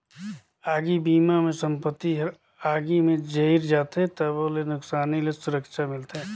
आगी बिमा मे संपत्ति हर आगी मे जईर जाथे तबो ले नुकसानी ले सुरक्छा मिलथे